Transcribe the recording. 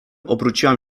obróciłam